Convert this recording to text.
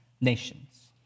nations